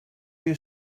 you